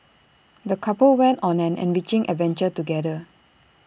the couple went on an enriching adventure together